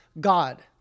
God